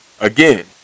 again